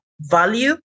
value